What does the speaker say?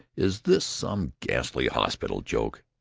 is this some ghastly hospital joke?